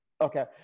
Okay